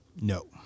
No